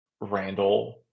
Randall